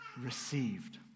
received